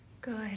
Good